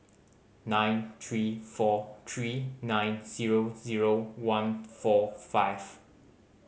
nine three four three nine zero zero one four five